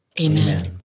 Amen